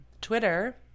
Twitter